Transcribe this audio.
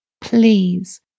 please